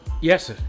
Yes